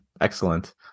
Excellent